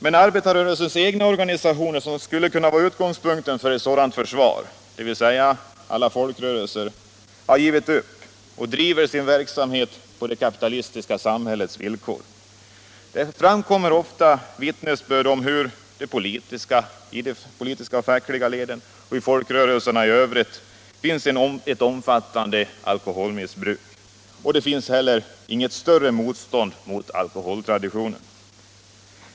Men arbetarrörelsens egna organisationer, som skulle kunna vara utgångspunkten för ett sådant försvar, dvs. alla folkrörelser, har givit upp, och de driver sin verksamhet på det kapitalistiska samhällets villkor. Det framkommer ofta vittnesbörd om hur det i de politiska och fackliga leden och folkrörelserna i övrigt finns ett omfattande alkoholmissbruk, och det finns heller inget större motstånd mot alkoholtraditionen.